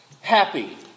happy